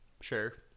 Sure